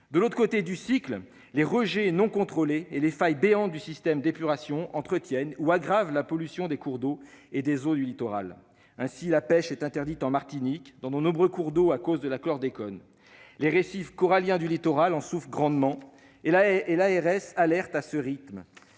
De l'autre côté du cycle, les rejets non contrôlés et les failles béantes du système d'épuration entretiennent ou aggravent la pollution des cours d'eau et des eaux littorales. Ainsi, la pêche est interdite en Martinique dans de nombreux cours d'eau à cause du chlordécone, et les récifs coralliens souffrent grandement. L'ARS donne l'alerte : à ce rythme,